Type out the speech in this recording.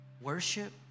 worship